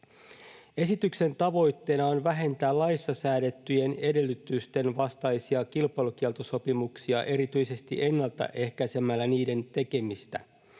Esityksen tavoitteena on vähentää laissa säädettyjen edellytysten vastaisia kilpailukieltosopimuksia erityisesti ennalta ehkäisemällä niiden tekemistä.